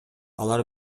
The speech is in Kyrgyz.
алар